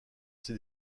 ces